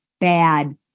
bad